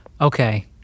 Okay